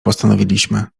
postanowiliśmy